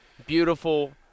beautiful